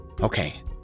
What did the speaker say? Okay